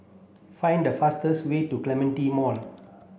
find the fastest way to Clementi Mall